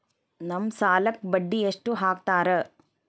ನಮ್ ಸಾಲಕ್ ಬಡ್ಡಿ ಎಷ್ಟು ಹಾಕ್ತಾರ?